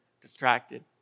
distracted